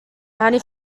ninety